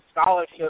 scholarship